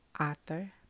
author